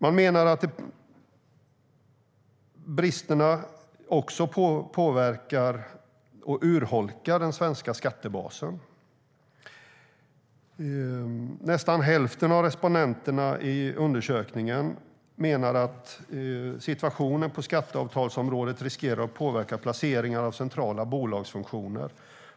Man menar att bristerna också påverkar och urholkar den svenska skattebasen. Nästan hälften av respondenterna i undersökningen menar att det finns risk att situationen på skatteavtalsområdet påverkar placeringen av centrala bolagsfunktioner.